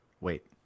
Wait